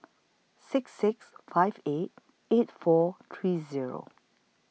six six five eight eight four three Zero